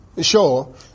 Sure